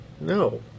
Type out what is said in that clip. No